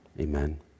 Amen